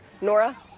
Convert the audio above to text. Nora